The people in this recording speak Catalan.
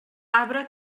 arbre